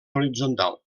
horitzontal